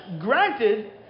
granted